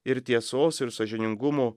ir tiesos ir sąžiningumų